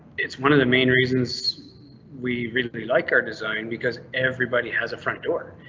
it's one of the main reasons we really like our design because everybody has a front door.